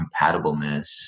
compatibleness